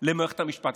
למערכת המשפט.